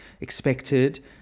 expected